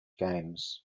games